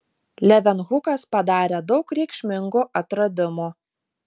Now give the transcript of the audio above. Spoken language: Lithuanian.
levenhukas padarė daug reikšmingų atradimų